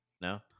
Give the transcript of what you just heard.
No